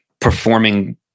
performing